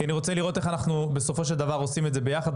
כי אני רוצה לראות איך אנחנו בסופו של דבר עושים את זה ביחד.